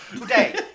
today